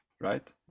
right